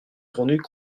grenouilles